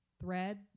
thread